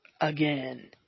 again